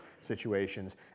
situations